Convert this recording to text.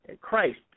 Christ